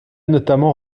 notamment